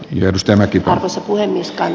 jos tämäkin on osa puhemies kari